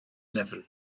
lyfr